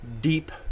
deep